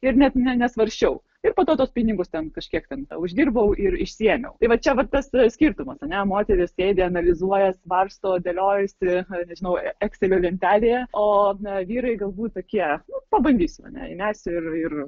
ir net nesvarsčiau ir po to tuos pinigus ten kažkiek ten uždirbau ir išsiėmiau tai va čia va tas skirtumas ar ne moteris sėdi analizuojas svarsto dėliojasi nežinau ekselio lentelėje o na vyrai galbūt tokie nu pabandysiu ar ne įmesiu ir ir